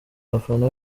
abafana